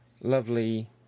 Lovely